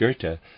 Goethe